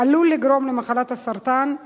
עלול לגרום למחלת הסרטן,